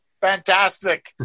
fantastic